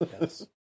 Yes